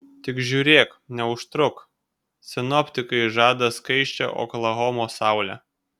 tik žiūrėk neužtruk sinoptikai žada skaisčią oklahomos saulę